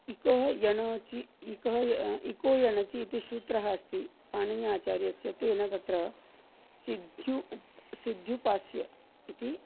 इकोयणचि इकः इकोयणचि इति सूत्रम् अस्ति पाणिनिः आचार्यस्य तेन तत्र सुध्यु उप् सुध्युपास्य इति